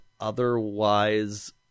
otherwise